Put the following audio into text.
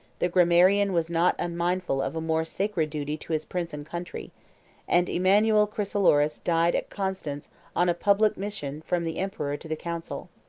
the grammarian was not unmindful of a more sacred duty to his prince and country and emanuel chrysoloras died at constance on a public mission from the emperor to the council.